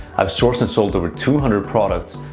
i've sourced and sold over two hundred products,